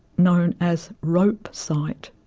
known as rope sight.